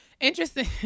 Interesting